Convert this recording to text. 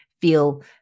feel